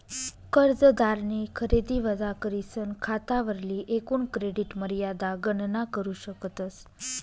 कर्जदारनी खरेदी वजा करीसन खातावरली एकूण क्रेडिट मर्यादा गणना करू शकतस